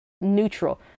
neutral